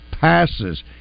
passes